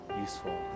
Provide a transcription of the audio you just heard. useful